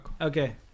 Okay